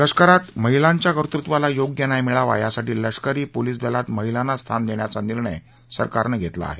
लष्करात महिलांच्या कर्तृत्वाला योग्य न्याय मिळावा यासाठी लष्करी पोलिस दलात महिलांना स्थान देण्याचा निर्णय सरकारनं घेतला आहे